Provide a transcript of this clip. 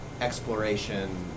exploration